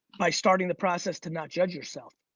by starting the process to not judge yourself.